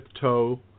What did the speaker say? toe